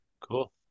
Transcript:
Cool